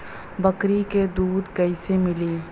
बकरी क दूध कईसे मिली?